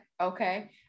okay